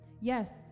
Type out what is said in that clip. Yes